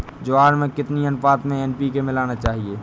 ज्वार में कितनी अनुपात में एन.पी.के मिलाना चाहिए?